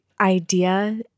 idea